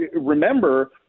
remember